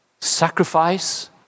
sacrifice